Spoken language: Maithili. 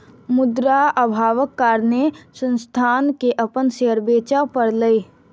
मुद्रा अभावक कारणेँ संस्थान के अपन शेयर बेच पड़लै